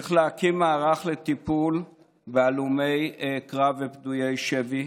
צריך להקים מערך לטיפול בהלומי קרב ופדויי שבי,